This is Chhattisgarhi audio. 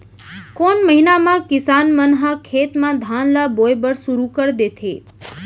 कोन महीना मा किसान मन ह खेत म धान ला बोये बर शुरू कर देथे?